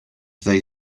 they